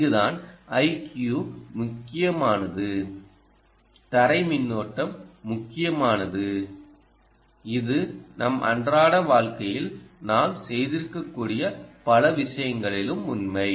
இங்குதான் iq முக்கியமானது தரை மின்னோட்டம் முக்கியமானது இது நம் அன்றாட வாழ்க்கையில் நாம் செய்திருக்கக்கூடிய பல விஷயங்களிலும் உண்மை